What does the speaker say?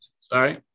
Sorry